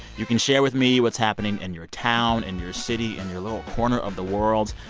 you can share with me what's happening in your town, in your city, in your little corner of the world.